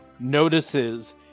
notices